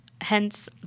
hence